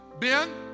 Ben